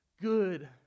good